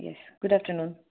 yes good afternoon